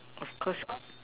of course